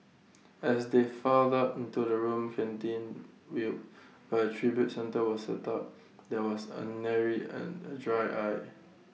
as they filed up into the room canteen view but tribute centre was set up there was A nary an A dry eye